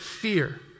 fear